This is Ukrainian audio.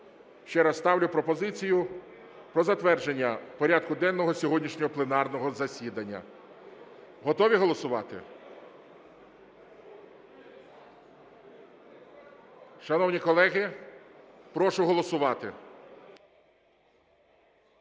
Ще раз ставлю пропозицію про затвердження порядку денного сьогоднішнього пленарного засідання. Готові голосувати? Шановні колеги, прошу голосувати.